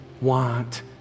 want